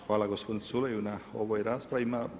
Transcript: Hvala gospodinu Culeju na ovoj raspravi.